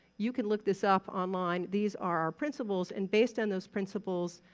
you can look this up online. these are our principles, and based on those principles,